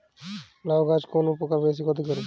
লাউ গাছে কোন পোকা বেশি ক্ষতি করে?